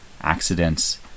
accidents